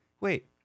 Wait